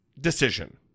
decision